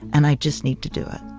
and i just need to do it